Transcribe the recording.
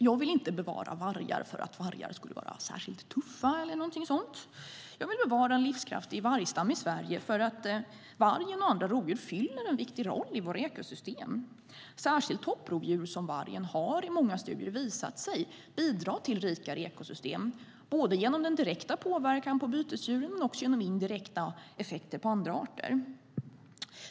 Jag vill inte bevara vargar för att vargar skulle vara särskilt tuffa eller någonting sådant, utan jag vill bevara en livskraftig vargstam i Sverige därför att vargen och andra rovdjur fyller en viktig roll i våra ekosystem. Särskilt topprovdjur som vargen har i många studier visat sig bidra till rikare ekosystem, inte bara genom den direkta påverkan på bytesdjuren utan också genom indirekta effekter på andra arter.